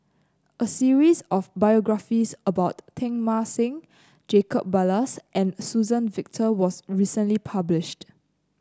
a series of biographies about Teng Mah Seng Jacob Ballas and Suzann Victor was recently published